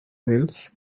whales